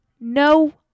No